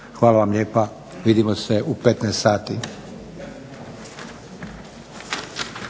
Hvala vam lijepa. Vidimo se u 15 sati.